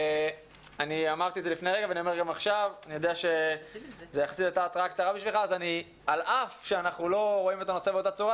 אני יודע שההתרעה היא קצרה ועל אף שאנחנו לא רואים את הנושא באותה צורה,